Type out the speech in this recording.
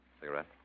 cigarette